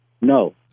No